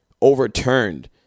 overturned